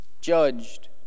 judged